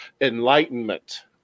enlightenment